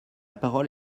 parole